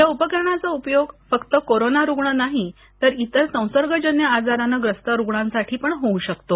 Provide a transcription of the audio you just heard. या उपकरणाचा उपयोग फक्त कोरोना रुग्ण नाही तर इतर संसर्गजन्य आजाराने ग्रस्त रुग्णांसाठी पण होऊ शकतो